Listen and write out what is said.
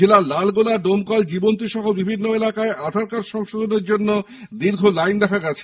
জেলার লালগোলা ডোমকল জীবন্তী সহ বিভিন্ন এলাকায় আধার কার্ড সংশোধনের দীর্ঘ লাইন দেখা গেছে